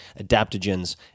adaptogens